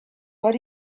but